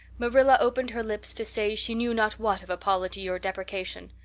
marilla opened her lips to say she knew not what of apology or deprecation.